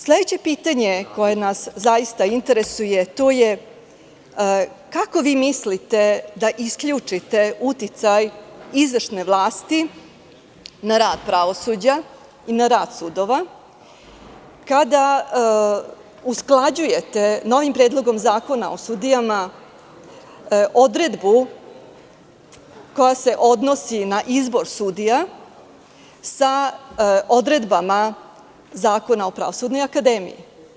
Sledeće pitanje koje nas zaista interesuje jeste – kako vi mislite da isključite uticaj izvršne vlasti na rad pravosuđa i na rad sudova kada usklađujete novim predlogom zakona o sudijama odredbu koja se odnosi na izbor sudija sa odredbama Zakona o Pravosudnoj akademiji?